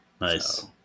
Nice